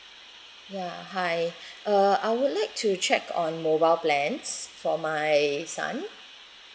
ya hi uh I would like to check on mobile plans for my son